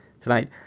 tonight